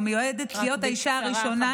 המיועדת להיות האישה הראשונה,